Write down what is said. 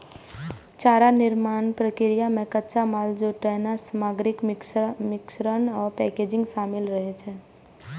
चारा निर्माण प्रक्रिया मे कच्चा माल जुटेनाय, सामग्रीक मिश्रण आ पैकेजिंग शामिल रहै छै